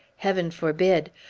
heaven forbid!